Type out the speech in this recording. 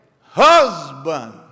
husband